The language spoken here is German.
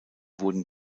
wurden